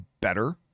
better